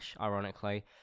ironically